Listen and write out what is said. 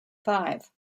five